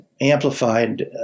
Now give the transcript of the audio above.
amplified